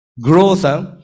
growth